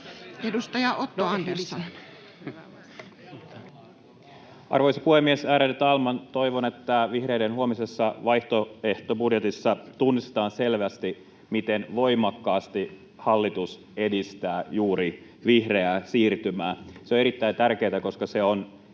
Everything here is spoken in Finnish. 16:55 Content: Arvoisa puhemies, ärade talman! Toivon, että vihreiden huomisessa vaihtoehtobudjetissa tunnistetaan selvästi, miten voimakkaasti hallitus edistää juuri vihreää siirtymää. Se on erittäin tärkeätä, koska se on